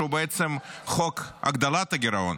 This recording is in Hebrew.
שהוא בעצם חוק הגדלת הגירעון.